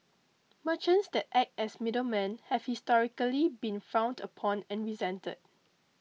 merchants that act as middlemen have historically been frowned upon and resented